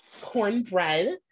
cornbread